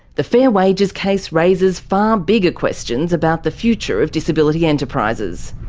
the fair wages case raises far bigger questions about the future of disability enterprises.